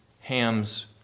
Ham's